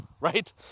right